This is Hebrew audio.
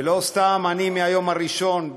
ולא סתם אני מהיום הראשון,